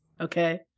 Okay